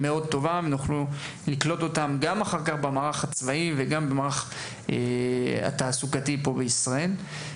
ייקלטו במערך הצבאי והתעסוקתי בישראל.